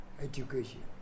education